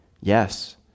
Yes